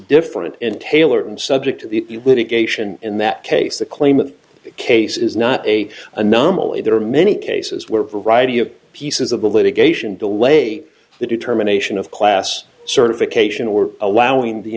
different and tailor and subject to the litigation in that case the claimant case is not a anomaly there are many cases where variety of pieces of the litigation delay the determination of class certification or allowing the